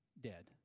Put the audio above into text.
dead